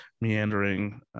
meandering